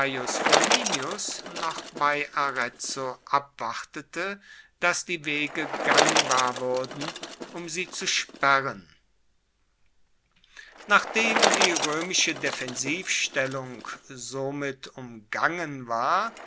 flaminius noch bei arezzo abwartete dass die wege gangbar wuerden um sie zu sperren nachdem die roemische defensivstellung somit umgangen war